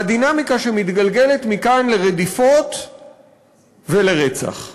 והדינמיקה שמתגלגלת מכאן לרדיפות ולרצח.